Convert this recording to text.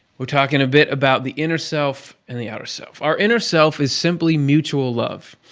we're talking a bit about the inner self and the outer self. our inner self is simply mutual love.